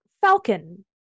Falcon